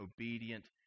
obedient